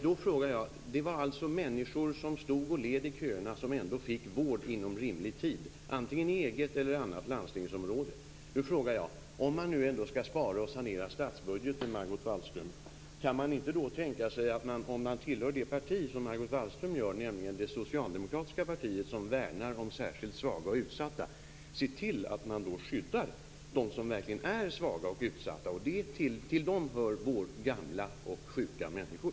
Det handlade alltså om att människor som stod och led i köerna fick vård inom rimlig tid, antingen i eget eller annat landstingsområde. Nu frågar jag: Om man nu ändå skall spara och sanera statsbudgeten, Margot Wallström, kan man då inte tänka sig - om man liksom Margot Wallström tillhör det socialdemokratiska partiet, som värnar om särskilt svaga och utsatta - att se till att skydda dem som verkligen är svaga och utsatta? Dit hör gamla och sjuka människor.